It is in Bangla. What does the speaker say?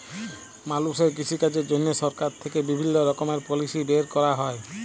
মালুষের কৃষিকাজের জন্হে সরকার থেক্যে বিভিল্য রকমের পলিসি বের ক্যরা হ্যয়